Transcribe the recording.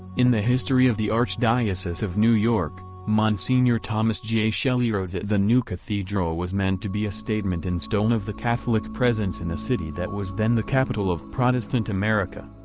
in the history of the archdiocese of new york, msgr. thomas j. shelley wrote that the new cathedral was meant to be a statement in stone of the catholic presence in a city that was then the capital of protestant america.